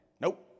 Nope